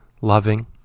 loving